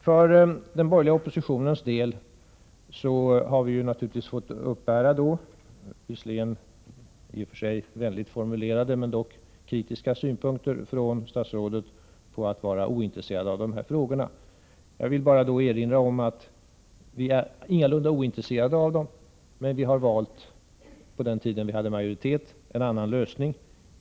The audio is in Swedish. Vi inom den borgerliga oppositionen har naturligtvis fått uppbära visserligen i och för sig vänligt formulerade men dock kritiska synpunkter från statsrådet för att vara ointresserade av dessa frågor. Jag vill då bara erinra om att vi ingalunda är ointresserade av dem men att vi på den tiden vi hade majoritet valde en annan lösning.